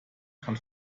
kann